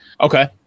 Okay